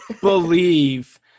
believe